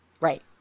Right